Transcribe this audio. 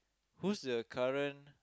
who's the current